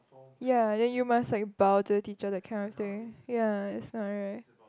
ya then you must like bow to the teacher that kind of thing ya it's not right